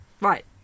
right